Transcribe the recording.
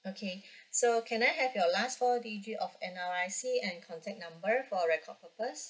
okay so can I have your last four digit of N_R_I_C and contact number for record purpose